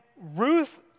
Ruth